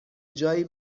جایی